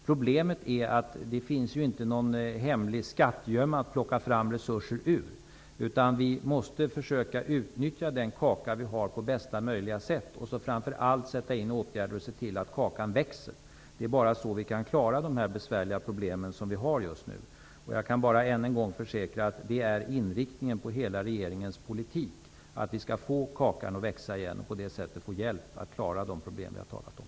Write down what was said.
Problemet är att det inte finns någon hemlig skattgömma att plocka fram resurser ur, utan vi måste försöka att på bästa möjliga sätt utnyttja den kaka som vi har och framför allt sätta in åtgärder för att se till att kakan växer. Det är bara så vi kan klara de besvärliga problem som vi just nu har. Jag kan än en gång försäkra att inriktningen på hela regeringens politik är att vi skall få kakan att växa igen och på så sätt få hjälp att klara de problem som vi har talat om.